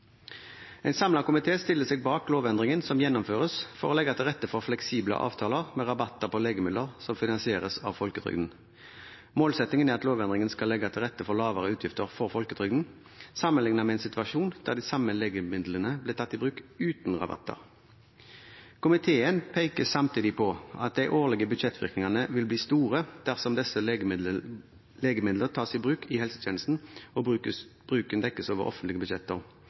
En samlet komité stiller seg bak lovendringen som gjennomføres for å legge til rette for fleksible avtaler med rabatter på legemidler som finansieres av folketrygden. Målsettingen er at lovendringen skal legge til rette for lavere utgifter for folketrygden, sammenlignet med en situasjon der de samme legemidlene blir tatt i bruk uten rabatter. Komiteen peker samtidig på at de årlige budsjettvirkningene vil bli store dersom disse legemidlene tas i bruk i helsetjenesten og bruken dekkes over offentlige budsjetter.